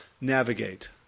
navigate